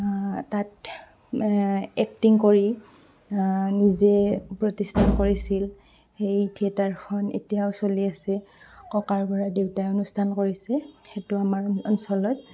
তাত এক্টিং কৰি নিজে প্ৰতিষ্ঠা কৰিছিল সেই থিয়েটাৰখন এতিয়াও চলি আছে ককাৰ পৰা দেউতাই অনুষ্ঠান কৰিছে সেইটো আমাৰ অঞ্চলত